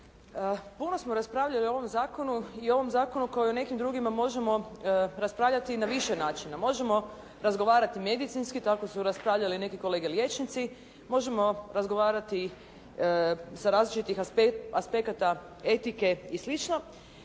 Puno smo raspravljali o ovom zakonu i ovom zakonu o kojem o nekim drugima možemo raspravljati na više načina. Možemo razgovarati medicinski. Tako su raspravljali neki kolege liječnici. Možemo razgovarati sa različitih aspekata etike i